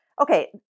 okay